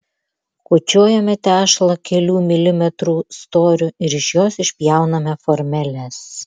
kočiojame tešlą kelių milimetrų storiu ir iš jos išpjauname formeles